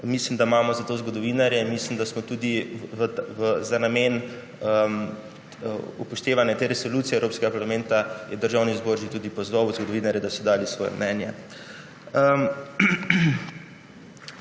Mislim, da imamo za to zgodovinarje, in mislim, da je za namen upoštevanja te resolucije Evropskega parlamenta Državni zbor že tudi pozval zgodovinarje, da so podali svoje mnenje.